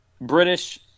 British